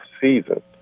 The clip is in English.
season